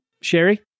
Sherry